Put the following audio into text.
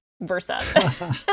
Versa